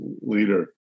leader